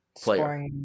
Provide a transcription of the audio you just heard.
player